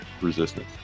resistance